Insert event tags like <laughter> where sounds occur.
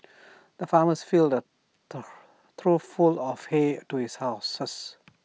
the farmer filled A <noise> trough full of hay do <unintelligible> his horses